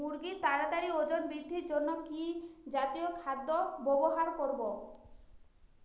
মুরগীর তাড়াতাড়ি ওজন বৃদ্ধির জন্য কি জাতীয় খাদ্য ব্যবহার করব?